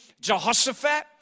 Jehoshaphat